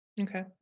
Okay